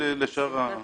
לשאר האנשים.